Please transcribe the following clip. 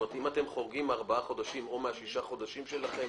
אם אתם חורגים מארבעה חודשים או מהשישה חודשים שלכם,